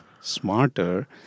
smarter